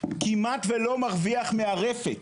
כמעט ולא מרוויח מהרפת,